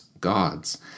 gods